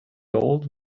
old